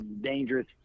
dangerous